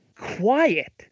quiet